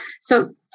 So-